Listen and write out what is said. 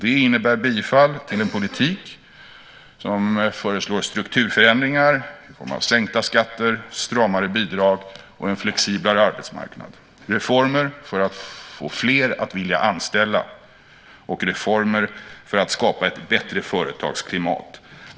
Det innebär bifall till en politik där det föreslås strukturförändringar i form av sänkta skatter, stramare bidrag och en flexiblare arbetsmarknad, reformer för att få fler att vilja anställa och reformer för att skapa ett bättre företagsklimat.